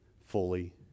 fully